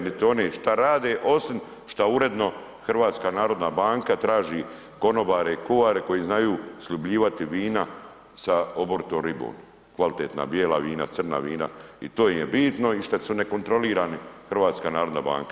Niti oni šta rade osim šta uredno HNB traži konobare i kuvare koje znaju sljubljivati vina sa oboritom ribom, kvalitetna bijela vina, crna vina i to im je bitno i što su nekontrolirani HNB.